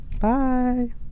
Bye